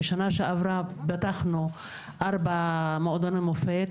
בשנה שעברה פתחנו 4 מועדוני מופת,